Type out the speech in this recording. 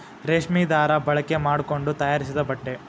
ರೇಶ್ಮಿ ದಾರಾ ಬಳಕೆ ಮಾಡಕೊಂಡ ತಯಾರಿಸಿದ ಬಟ್ಟೆ